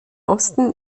osten